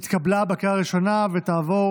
התקבלה בקריאה ראשונה, ותעבור